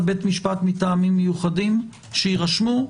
בית המשפט מטעמים מיוחדים שיירשמו,